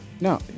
No